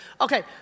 Okay